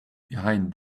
behind